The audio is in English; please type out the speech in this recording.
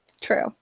True